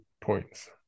points